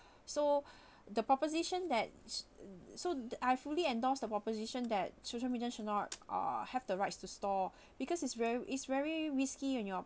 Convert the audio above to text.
so the proposition that sh~ th~ so I fully endorsed the proposition that social media should not uh have the rights to store because it's very it's very risky and your